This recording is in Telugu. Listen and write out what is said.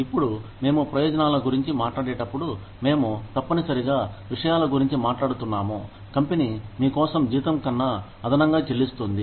ఇప్పుడు మేము ప్రయోజనాల గురించి మాట్లాడేటప్పుడు మేము తప్పనిసరిగా విషయాల గురించి మాట్లాడుతున్నాము కంపెనీ మీకోసం జీతం కన్నా అదనంగా చెల్లిస్తుంది